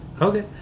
okay